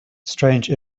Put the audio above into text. strange